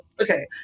Okay